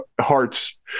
hearts